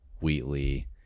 Wheatley